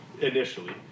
initially